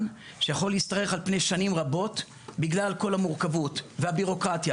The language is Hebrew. שיכול להשתרך על פני שנים רבות בגלל כל המורכבות והבירוקרטיה